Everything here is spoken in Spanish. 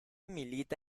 milita